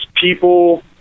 people